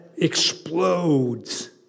explodes